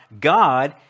God